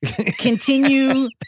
continue